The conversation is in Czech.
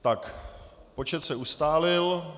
Tak, počet se ustálil.